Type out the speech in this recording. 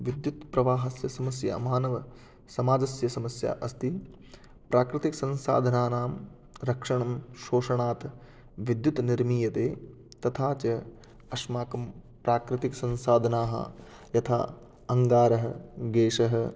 विद्युत्प्रवाहस्य समस्या मानव समाजस्य समस्या अस्ति प्राकृतिकसंसाधनानां रक्षणं शोषणात् विद्युत् निर्मीयते तथा च अस्माकं प्राकृतिकसंसाधनाः यथा अङ्गारः गेशः